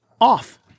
off